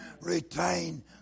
Retain